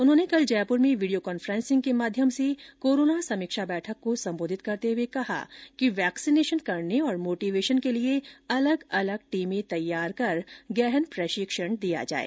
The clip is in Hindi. उन्होंने कल जयपुर में वीडियो कॉन्फ्रेंसिंग के माध्यम से कोरोना समीक्षा बैठक को संबोधित करते हुए कहा कि वैक्सीनेशन करने और मोटिवेशन के लिए अलग अलग टीमें तैयार कर गहन प्रशिक्षण दिया जाए